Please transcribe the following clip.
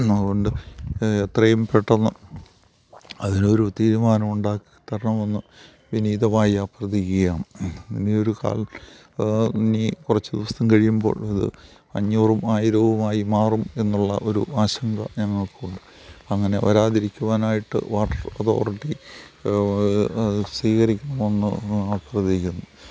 അതുകൊണ്ട് എത്രയും പെട്ടന്ന് അതിനൊരു തീരുമാനം ഉണ്ടാക്കിത്തരണമെന്ന് വിനീതമായി അഭ്യർത്ഥിക്കുകയാണ് ഇനിയൊരു ഇനി കുറച്ച് ദിവസം കഴിയുമ്പോൾ ഇത് അഞ്ഞൂറും ആയിരവുമായി മാറും എന്നുള്ള ഒരു ആശങ്ക ഞങ്ങൾക്കുണ്ട് അങ്ങനെ വരാതിരിക്കുവാനായിട്ട് വാട്ടർ അതോറിറ്റി അത് സ്വീകരിക്കണമെന്ന് അഭ്യർത്ഥിക്കുന്നു